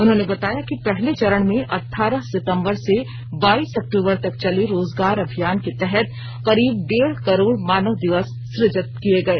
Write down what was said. उन्होंने बताया कि पहले चरण में अठारह सितंबर से बाइस अक्टूबर तक चले रोजगार अभियान के तहत करीब डेढ़ करोड़ मानव दिवस सुजित किए गए